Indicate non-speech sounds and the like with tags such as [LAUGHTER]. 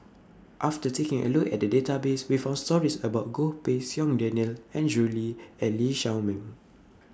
after taking A Look At The Database We found stories about Goh Pei Siong Daniel Andrew Lee [NOISE] and Lee Shao Meng